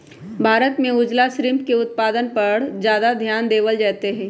भारत में उजला श्रिम्फ के उत्पादन पर ज्यादा ध्यान देवल जयते हई